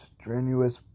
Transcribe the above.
strenuous